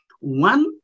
One